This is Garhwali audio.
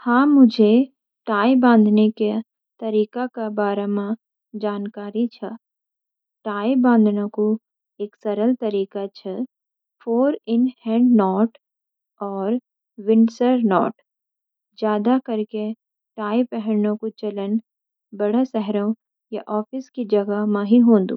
हाँ, मुझे टाई बाँधने के तरीका का बारा म जानकारी छ। टाई बाँधने कु एक सरल तरीका छ "फ़ोर-इन-हैंड नॉट" और "विंडसर नॉट"। ज़्यादा करके, टाई पहननू कु चलन बड़े शहरों या ऑफिस की जगहों में ही होंदु ।